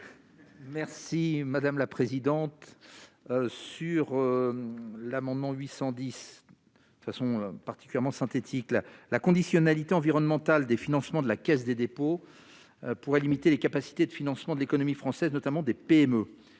Merci madame la présidente, sur l'amendement 810 toute façon particulièrement synthétique le la conditionnalité environnementale des financements de la Caisse des dépôts pourrait limiter les capacités de financement de l'économie française, notamment des PME,